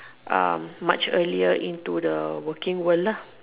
um much earlier into the working world lah